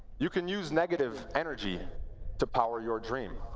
you can use negative energy to power your dream.